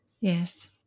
Yes